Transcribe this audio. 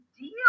deal